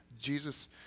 Jesus